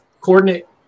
coordinate